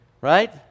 Right